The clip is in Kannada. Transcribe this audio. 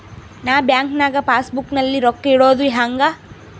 ನಾ ಬ್ಯಾಂಕ್ ನಾಗ ಪಾಸ್ ಬುಕ್ ನಲ್ಲಿ ರೊಕ್ಕ ಇಡುದು ಹ್ಯಾಂಗ್?